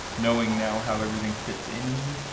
knowing now how everything fits in here.